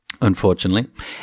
Unfortunately